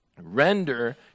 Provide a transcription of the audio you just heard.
Render